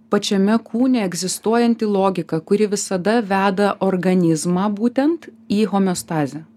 pačiame kūne egzistuojanti logika kuri visada veda organizmą būtent į homeostazę